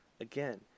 Again